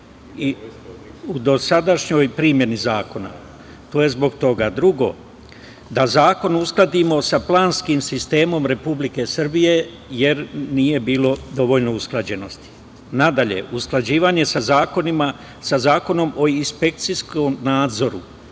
u dosadašnjoj primeni zakona. Drugo, da zakon uskladimo sa planskim sistemom Republike Srbije, jer nije bilo dovoljno usklađenosti. Dalje, usklađivanje sa Zakonom o inspekcijskom nadzoru,